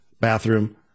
bathroom